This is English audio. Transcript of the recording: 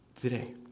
today